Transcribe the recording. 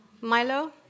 Milo